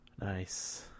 Nice